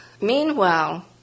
Meanwhile